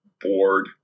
board